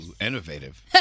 Innovative